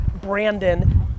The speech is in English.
Brandon